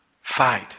fight